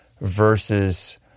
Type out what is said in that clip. versus